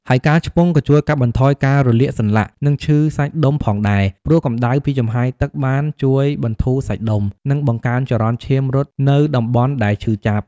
ហើយការឆ្ពង់ក៏ជួយកាត់បន្ថយការរលាកសន្លាក់ និងឈឺសាច់ដុំផងដែរ ព្រោះកម្ដៅពីចំហាយទឹកបានជួយបន្ធូរសាច់ដុំ និងបង្កើនចរន្តឈាមរត់នៅតំបន់ដែលឈឺចាប់។